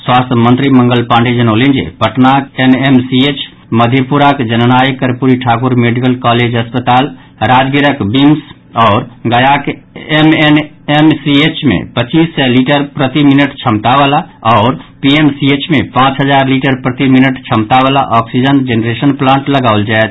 स्वास्थ्य मंत्री मंगल पांडेय जनौलनि जे पटनाक एन एम सी एच मधेपुराक जननायक कर्पूरी ठाकुर मेडिकल कॉलेज अस्पताल राजगीरक विम्स आओर गयाक M N M C H मे पच्चीस सय लीटर प्रति मिनट क्षमता वला आओर पी एम सी एच मे पांच हजार लीटर प्रति मिनट क्षमता वला ऑक्सीजन जेनरेशन प्लांट लगाओल जायत